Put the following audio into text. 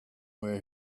where